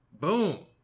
Boom